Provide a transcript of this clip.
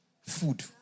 food